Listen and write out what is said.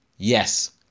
Yes